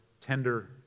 tender